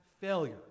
failure